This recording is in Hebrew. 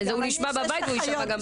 הוא נשמע בבית, והוא יישמע גם פה.